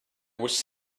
was